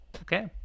Okay